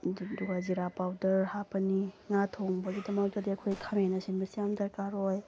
ꯑꯗꯨꯒ ꯖꯤꯔꯥ ꯄꯥꯎꯗꯔ ꯍꯥꯞꯄꯅꯤ ꯉꯥ ꯊꯣꯡꯕꯒꯤꯗꯃꯛꯇꯗꯤ ꯑꯩꯈꯣꯏ ꯈꯥꯃꯦꯟ ꯑꯁꯤꯟꯕꯁꯤ ꯌꯥꯝ ꯗꯔꯀꯥꯔ ꯑꯣꯏ